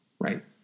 right